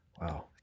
Wow